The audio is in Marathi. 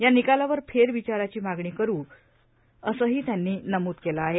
या निकालावर फेर विचाराची मा णी करू असंही त्यांनी नम्द केलं आहे